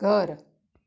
घर